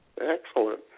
Excellent